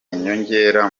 inyongera